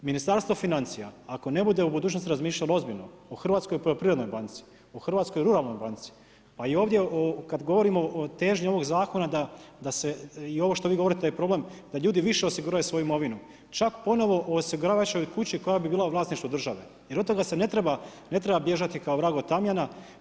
Ministarstvo financija ako ne bude u budućnosti razmišljalo ozbiljno o Hrvatskoj poljoprivrednoj banci, o Hrvatskoj ruralnoj banci pa i ovdje kada govorimo o težnji ovog zakona da se ovo što vi govorite da je problem, da ljudi više osiguraju svoju imovinu, čak ponovo u osiguravajućoj kući koja bi bila u vlasništvu države, jer od toga se ne treba bježati kao vrag od tamjana.